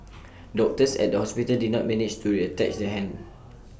doctors at the hospital did not manage to reattach the hand